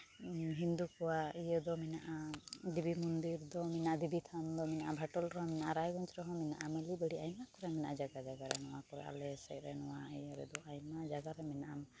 ᱦᱤᱱᱫᱩ ᱠᱚᱣᱟᱜ ᱤᱭᱟᱹ ᱫᱚ ᱢᱮᱱᱟᱜᱼᱟ ᱫᱮᱵᱤᱱ ᱢᱚᱱᱫᱤᱨ ᱫᱚ ᱢᱮᱱᱟᱜᱼᱟ ᱫᱮᱵᱤ ᱛᱷᱟᱱ ᱫᱚ ᱢᱮᱱᱟᱜᱼᱟ ᱵᱷᱟᱴᱳᱞ ᱨᱮ ᱢᱮᱱᱟᱜᱼᱟ ᱨᱟᱭᱜᱚᱸᱡᱽ ᱨᱮᱦᱚᱸ ᱢᱮᱱᱟᱜᱼᱟ ᱢᱟᱹᱞᱤ ᱵᱟᱹᱲᱤ ᱟᱭᱢᱟ ᱠᱚᱨᱮ ᱢᱮᱱᱟᱜᱼᱟ ᱡᱟᱭᱜᱟ ᱡᱟᱭᱜᱟ ᱨᱮ ᱱᱚᱣᱟ ᱠᱚᱨᱮᱜ ᱟᱞᱮ ᱥᱮᱜ ᱨᱮᱱ ᱢᱟ ᱤᱭᱟᱹ ᱨᱮᱫᱚ ᱟᱭᱢᱟ ᱡᱟᱭᱜᱟ ᱨᱮ ᱢᱮᱱᱟᱜᱼᱟ